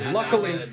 Luckily